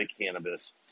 Cannabis